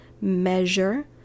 Measure